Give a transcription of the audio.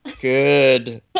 Good